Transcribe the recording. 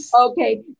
Okay